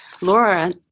Laura